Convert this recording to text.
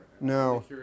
no